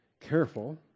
careful